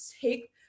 take